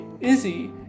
Izzy